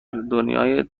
دنیای